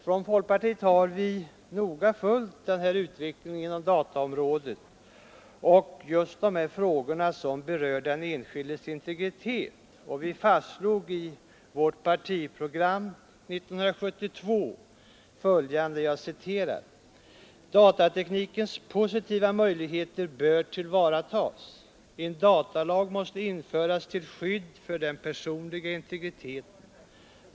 Från folkpartiet har vi noga följt den här utveckligen inom dataområdet, och just de här frågorna som berör den enskildes integritet fastslog vi i vårt partiprogram 1972. Jag citerar: ”Datateknikens positiva möjligheter bör tillvaratas. En datalag måste införas till skydd för den personliga integriteten.